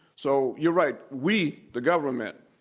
so, you're right, we, the government,